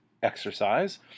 exercise